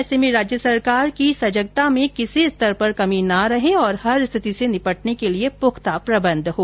ऐसे में राज्य सरकार की सजगता में किसी स्तर पर कमी नहीं रहे और हर स्थिति से निपटने के लिए पुख्ता प्रबंध हों